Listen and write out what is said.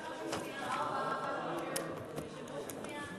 18 בעד, אין מתנגדים.